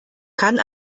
kann